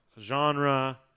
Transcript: genre